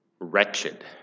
wretched